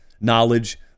knowledge